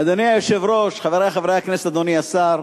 אדוני היושב-ראש, חברי חברי הכנסת, אדוני השר,